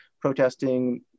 protesting